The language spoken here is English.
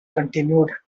continued